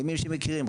למי שמכירים.